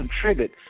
contribute